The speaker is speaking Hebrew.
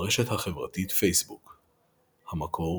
ברשת החברתית פייסבוק המקור,